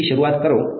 તેથી શરૂઆત કરો